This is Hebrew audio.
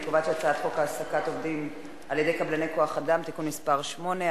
אני קובעת שהצעת חוק העסקת עובדים על-ידי קבלני כוח-אדם (תיקון מס' 8),